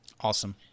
Awesome